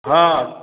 हां